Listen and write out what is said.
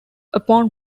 upon